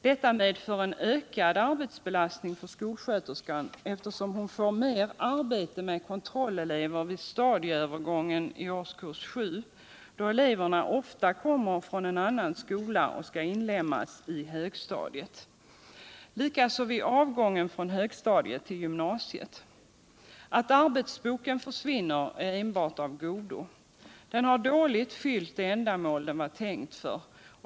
Detta medför en ökad arbetsbelastning för skolsköterskan, eftersom hon får mer arbete med kontroHelever vid stadieövergången i årskurs 7, då eleverna oftast kommer från en annan skola och skall inlemmas i högstadiet, och likaså vid avgången från högstadiet till gymnasiet. Att arbetsboken försvinner är enbart av godo. Den har dåligt fyllt det ändamål den var tänkt för.